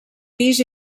pis